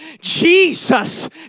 Jesus